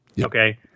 Okay